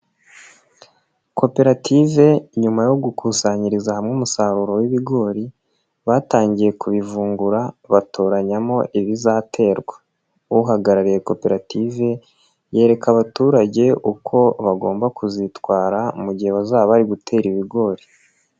Koperative nyuma yo gukusanyiriza hamwe umusaruro w'ibigori, batangiye kubivungura batoranyamo ibizaterwa. Uhagarariye koperative, yereka abaturage uko bagomba kuzitwara, mu gihe bazaba bari gutera ibigori.